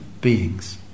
beings